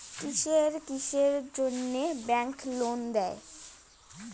কিসের কিসের জন্যে ব্যাংক লোন দেয়?